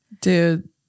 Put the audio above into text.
Dude